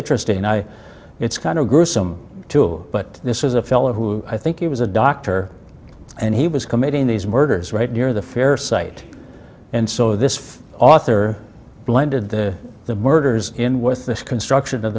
interesting and i it's kind of gruesome too but this is a fellow who i think he was a doctor and he was committing these murders right near the fair site and so this author blended the the murders in with this construction of